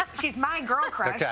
um she's my girl crush yeah